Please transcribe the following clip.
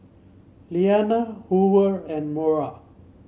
Lilianna Hoover and Mora